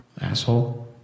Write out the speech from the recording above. Asshole